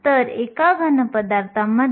तर ही वाहकता मूल्ये आहेत